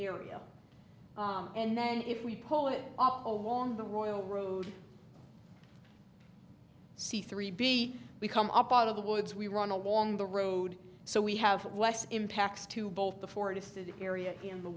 area and then if we pull it off along the royal road c three b we come up out of the woods we run along the road so we have less impacts to both the forested area in the